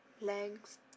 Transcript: Legs